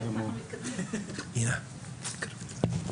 אסף,